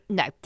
no